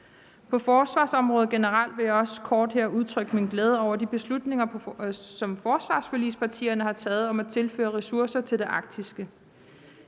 På forsvarsområdet generelt vil jeg også her kort udtrykke min glæde over de beslutninger, som forsvarsforligspartierne har taget, om at tilføre ressourcer til det arktiske.